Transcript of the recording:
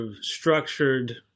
structured